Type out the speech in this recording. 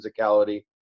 physicality